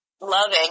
loving